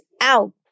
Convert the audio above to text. out